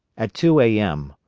at two a m,